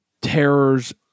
terrors